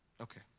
Okay